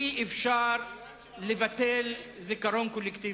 אי-אפשר לבטל זיכרון קולקטיבי.